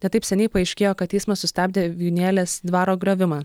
ne taip seniai paaiškėjo kad teismas sustabdė vijūnėlės dvaro griovimą